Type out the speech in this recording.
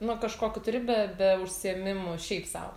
nu kažkokių turi be be užsiėmimų šiaip sau